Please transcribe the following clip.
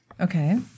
Okay